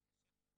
בבקשה.